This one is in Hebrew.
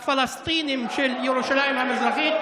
הפלסטינים של ירושלים המזרחית,